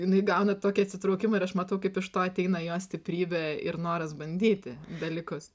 jinai gauna tokį atsitraukimą ir aš matau kaip iš to ateina jos stiprybė ir noras bandyti dalykus